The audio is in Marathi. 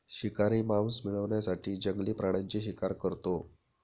शिकारी मांस मिळवण्यासाठी जंगली प्राण्यांची शिकार करतो